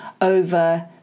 over